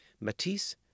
Matisse